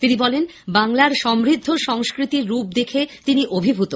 তিনি বলেন বাংলার সমৃদ্ধ সংস্কৃতির রূপ দেখে তিনি অভিভূত